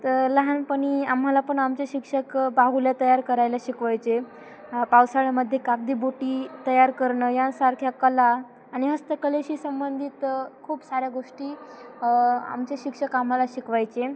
तर लहानपणी आम्हाला पन आमचे शिक्षक बाहुल्या तयार करायला शिकवायचे पावसाळ्यामध्ये कागदी बोटी तयार करणं यांसारख्या कला आणि हस्तकलेशी संबंधित खूप साऱ्या गोष्टी आमचे शिक्षक आम्हाला शिकवायचे